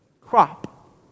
Crop